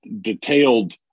detailed